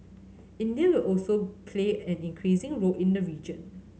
India will also play an increasing role in the region